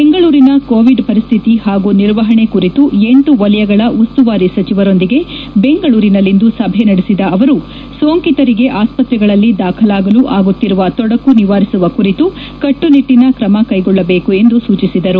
ಬೆಂಗಳೂರಿನ ಕೋವಿಡ್ ಪರಿಸ್ತಿತಿ ಹಾಗೂ ನಿರ್ವಹಣೆ ಕುರಿತು ಎಂಟು ವಲಯಗಳ ಉಸ್ತುವಾರಿ ಸಚಿವರೊಂದಿಗೆ ಬೆಂಗಳೂರಿನಲ್ಲಿಂದು ಸಭೆ ನಡೆಸಿದ ಅವರು ಸೋಂಕಿತರಿಗೆ ಆಸ್ಪತ್ರೆಗಳಲ್ಲಿ ದಾಖಲಾಗಲು ಆಗುತ್ತಿರುವ ತೊಡಕು ನಿವಾರಿಸುವ ಕುರಿತು ಕಟ್ಪುನಿಟ್ಟಿನ ತ್ರಮ ಕೈಗೊಳ್ಳಬೇಕು ಸೂಚಿಸಿದರು